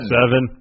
seven